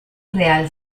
real